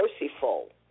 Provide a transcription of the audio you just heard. merciful